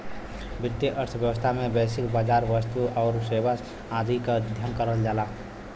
वित्तीय अर्थशास्त्र में वैश्विक बाजार, वस्तु आउर सेवा आदि क अध्ययन करल जाला